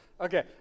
Okay